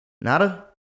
Nada